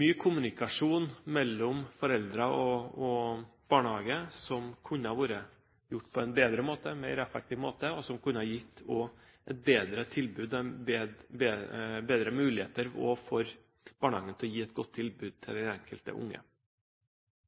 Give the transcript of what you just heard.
mye kommunikasjon mellom foreldrene og barnehagen som kunne ha vært gjort på en bedre og mer effektiv måte, og som kunne ha gitt bedre muligheter for barnehagen til å gi et godt tilbud til det enkelte